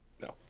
No